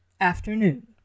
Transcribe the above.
Afternoon